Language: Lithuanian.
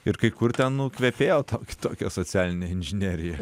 ir kai kur ten nu kvepėjo ta kitokia socialinė inžinerija